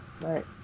right